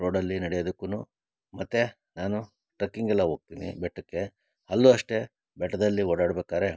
ರೋಡಲ್ಲಿ ನಡೆಯೋದಕ್ಕೂನು ಮತ್ತು ನಾನು ಟ್ರಕ್ಕಿಂಗೆಲ್ಲ ಹೋಗ್ತಿನಿ ಬೆಟ್ಟಕ್ಕೆ ಅಲ್ಲೂ ಅಷ್ಟೇ ಬೆಟ್ಟದಲ್ಲಿ ಓಡಾಡ್ಬೇಕಾದ್ರೆ